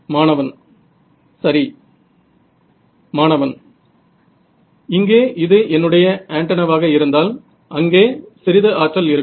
மாணவன் சரி மாணவன் இங்கே இது என்னுடைய ஆன்டென்னாவாக இருந்தால் அங்கே சிறிது ஆற்றல் இருக்கும்